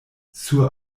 sur